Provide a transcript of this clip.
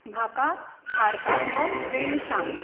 म्हाका भारतांतलो वेळ सांग